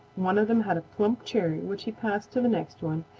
one of them had a plump cherry which he passed to the next one.